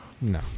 No